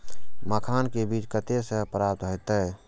मखान के बीज कते से प्राप्त हैते?